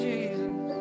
Jesus